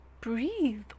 breathe